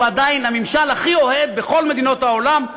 הוא עדיין הממשל הכי אוהד לישראל בכל מדינות העולם.